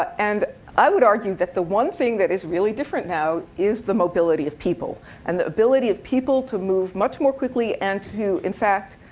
and i would argue that the one thing that is really different now is the mobility of people and the ability of people to move much more quickly and to, in fact,